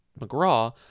McGraw